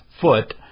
foot